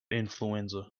influenza